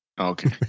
Okay